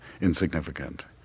insignificant